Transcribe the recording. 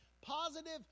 positive